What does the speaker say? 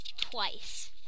Twice